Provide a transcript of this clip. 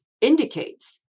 indicates